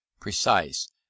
precise